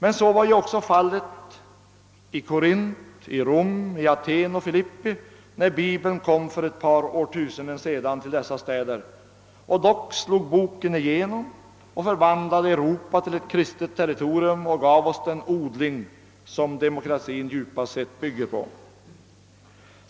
Men så var ju också fallet i Korint, i Rom, i Aten och i Filippi när Bibeln för ett par årtusenden sedan kom till dessa städer, och dock slog boken igenom och förvandlade Europa till ett kristet territorium och gav oss den odling som demokratin djupast sett bygger på.